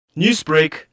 Newsbreak